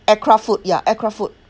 aircraft food ya aircraft food